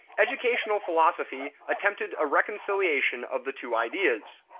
educational philosophy attempted a reconciliation of the two ideas.